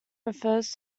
refers